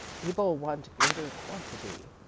people want greater quantity.